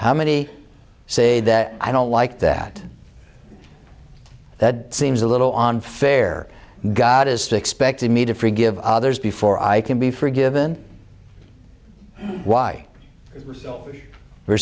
how many say that i don't like that that seems a little unfair god is to expect me to forgive others before i can be forgiven why